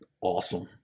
awesome